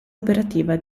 operativa